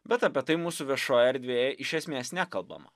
bet apie tai mūsų viešojoje erdvėje iš esmės nekalbama